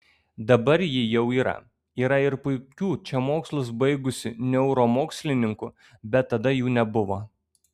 dabar ji jau yra yra ir puikių čia mokslus baigusių neuromokslininkų bet tada jų nebuvo